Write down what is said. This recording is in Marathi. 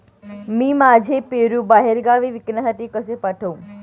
मी माझे पेरू बाहेरगावी विकण्यासाठी कसे पाठवू?